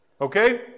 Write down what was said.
Okay